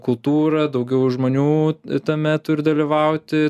kultūra daugiau žmonių tame turi dalyvauti